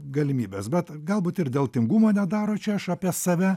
galimybes bet galbūt ir dėl tingumo nedaro čia aš apie save